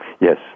Yes